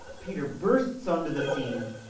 peter bursts onto the scene.